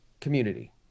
community